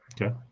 Okay